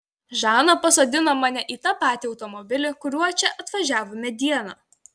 žana pasodino mane į tą patį automobilį kuriuo čia atvažiavome dieną